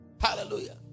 hallelujah